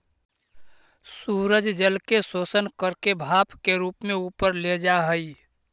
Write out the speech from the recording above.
सूरज जल के शोषण करके भाप के रूप में ऊपर ले जा हई